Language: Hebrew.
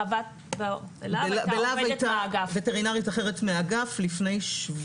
בלהב הייתה עובדת אגף שלי.